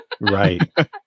Right